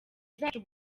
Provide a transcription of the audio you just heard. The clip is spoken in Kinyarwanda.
zacu